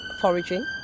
foraging